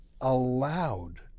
allowed